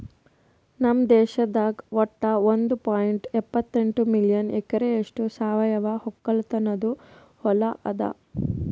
ನಮ್ ದೇಶದಾಗ್ ವಟ್ಟ ಒಂದ್ ಪಾಯಿಂಟ್ ಎಪ್ಪತ್ತೆಂಟು ಮಿಲಿಯನ್ ಎಕರೆಯಷ್ಟು ಸಾವಯವ ಒಕ್ಕಲತನದು ಹೊಲಾ ಅದ